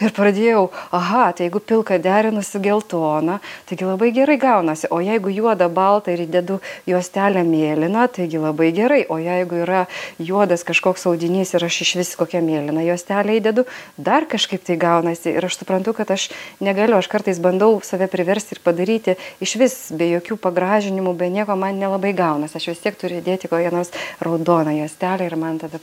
ir pradėjau aha tai jeigu pilką derinu su geltona taigi labai gerai gaunasi o jeigu juoda balta ir įdedu juostelę mėlyną taigi labai gerai o jeigu yra juodas kažkoks audinys ir aš išvis kokią mėlyną juostelę įdedu dar kažkaip tai gaunasi ir aš suprantu kad aš negaliu aš kartais bandau save priversti ir padaryti išvis be jokių pagražinimų be nieko man nelabai gaunasi aš vis tiek turiu įdėti kokią nors raudoną juostelę ir man tada